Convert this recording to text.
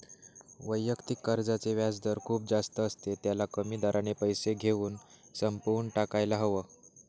वैयक्तिक कर्जाचे व्याजदर खूप जास्त असते, त्याला कमी दराने पैसे घेऊन संपवून टाकायला हव